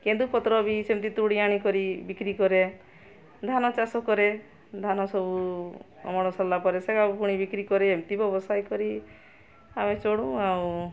କେନ୍ଦୁପତ୍ର ବି ସେମିତି ତୋଳି ଆଣି କରି ବିକ୍ରି କରେ ଧାନ ଚାଷ କରେ ଧାନ ସବୁ ଅମଳ ସରିଲା ପରେ ସେଇଟା ପୁଣି ବିକ୍ରି କରେ ଏମିତି ବ୍ୟବସାୟ କରି ଆମେ ଚଳୁ ଆଉ